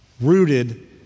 rooted